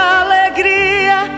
alegria